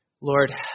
Lord